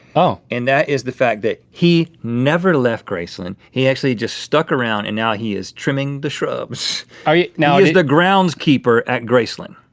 oh. and that is the fact that he never left graceland. he actually just stuck around and now he is trimming the shrubs. he you know is the groundskeeper. at graceland.